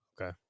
okay